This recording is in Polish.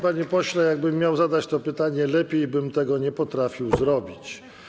Panie pośle, jakbym miał zadać to pytanie, lepiej bym tego nie potrafił zrobić.